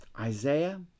Isaiah